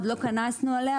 עוד לא קנסנו עליה.